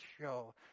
show